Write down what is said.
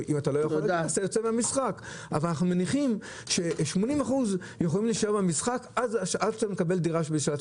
אנחנו מניחים ש-80% יכולים להישאר במשחק עד שאתה מקבל דירה שמתאימה לך.